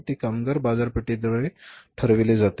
ते कामगार बाजारपेठेद्वारे ठरविले जातात